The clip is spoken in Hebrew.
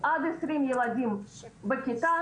עד 20 ילדים בכיתה,